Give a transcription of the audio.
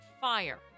fire